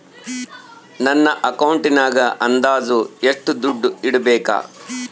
ನನ್ನ ಅಕೌಂಟಿನಾಗ ಅಂದಾಜು ಎಷ್ಟು ದುಡ್ಡು ಇಡಬೇಕಾ?